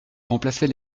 remplacer